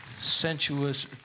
sensuous